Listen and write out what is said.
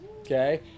Okay